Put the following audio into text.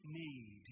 need